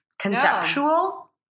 conceptual